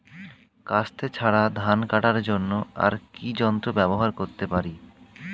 কাস্তে ছাড়া ধান কাটার জন্য আর কি যন্ত্র ব্যবহার করতে পারি?